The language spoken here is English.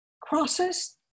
crosses